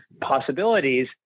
possibilities